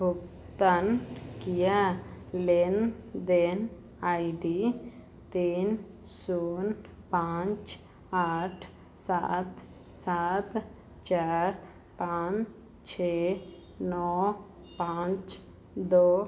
भुगतान किया लेन देन आई डी तीन शून्य पाँच आठ सात सात चार पाँच छः नौ पाँच दो